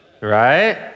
Right